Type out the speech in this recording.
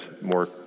more